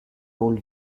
ole